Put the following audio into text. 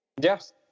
Yes